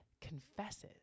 confesses